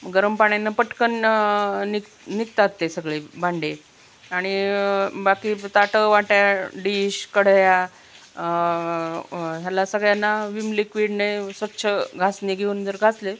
गरम पाण्यानं पटकन निग निघतात ते सगळे भांडे आणि बाकी ताटं वाट्या डिश कढया ह्याला सगळ्यांना विम लिक्विडने स्वच्छ घासणी घेऊन जर घासले